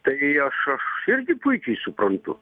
tai aš aš irgi puikiai suprantu